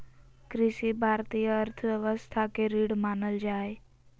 कृषि भारतीय अर्थव्यवस्था के रीढ़ मानल जा हइ